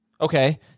okay